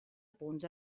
punts